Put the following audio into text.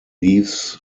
leaves